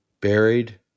buried